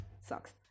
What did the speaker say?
sucks